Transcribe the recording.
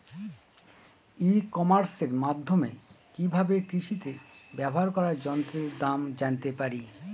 ই কমার্সের মাধ্যমে কি ভাবে কৃষিতে ব্যবহার করা যন্ত্রের দাম জানতে পারি?